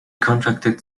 contracted